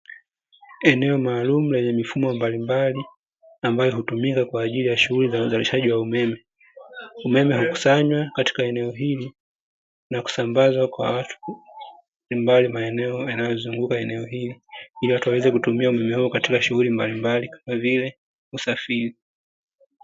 Eneo maalumu lenye mifumo mbalimbali, ambayo hutumika kwa ajili ya shughuli za uzalishaji wa umeme. Umeme hukusanywa katika eneo hili, na kusambazwa kwa watu mbalimbali maeneo yanayozunguka eneo hili, ili watu waweze kutumia umeme huo katika shughuli mbalimbali kama vile usafiri.